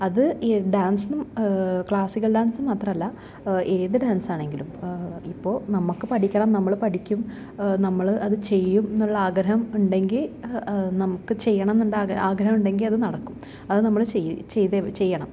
അത് ഈ ഡാൻസും ക്ലാസിക്കൽ ഡാൻസ് മാത്രമല്ല ഏത് ഡാൻസാണെങ്കിലും ഇപ്പോൾ നമുക്ക് പഠിക്കണം നമ്മൾ പഠിക്കും നമ്മൾ അത് ചെയ്യും എന്നുള്ള ആഗ്രഹം ഉണ്ടെങ്കിൽ നമുക്ക് ചെയ്യണമെന്നുള്ള ആഗ്രഹം ഉണ്ടെങ്കിൽ അത് നടക്കും അത് നമ്മൾ ചെ ചെയ്തേ ചെയ്യണം